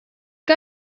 que